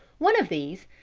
one of these,